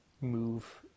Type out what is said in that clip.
move